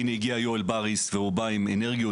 הינה, הגיע יואל בריס, והוא בא עם אנרגיות.